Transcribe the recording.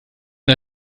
der